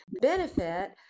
benefit